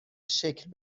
شکل